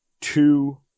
two